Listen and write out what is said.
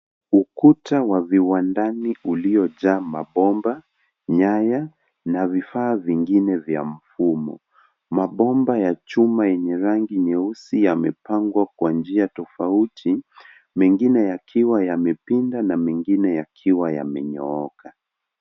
Ukuta wa viwandani uliojaa mabomba, nyaya na vifaa vingine vya mfumo. Mabomba ya chuma yenye rangi nyeusi yamepangwa kwa njia tofauti, mengine yakiwa yamepinda na mengine yakiwa yamenyooka.